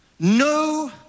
No